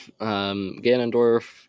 Ganondorf